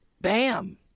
Bam